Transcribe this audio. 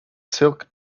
silk